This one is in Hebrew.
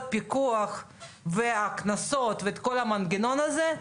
הפיקוח והקנסות ואת כל המנגנון הזה,